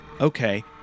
Okay